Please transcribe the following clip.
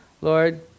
Lord